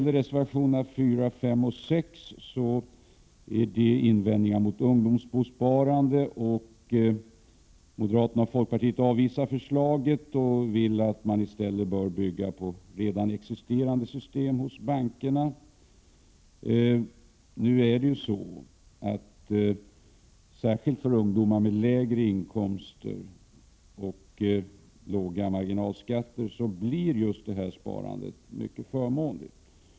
Reservationerna 4, 5 och 6 tar upp invändningar mot ungdomsbosparandet. Moderaterna och folkpartiet avvisar förslaget. De vill att man i stället skall använda sig av redan existerande system i bankerna. Men särskilt för ungdomar med lägre inkomster och låga marginalskatter blir just detta sparande mycket förmånligt.